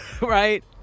right